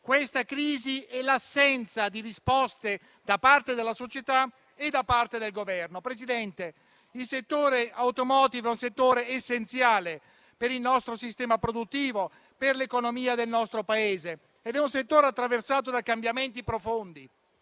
questa crisi e l'assenza di risposte da parte della società e da parte del Governo. Presidente, il settore *automotive* è essenziale per il nostro sistema produttivo e l'economia del nostro Paese ed è attraversato da cambiamenti profondi.